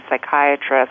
psychiatrist